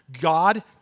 God